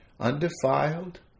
undefiled